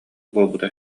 буолбута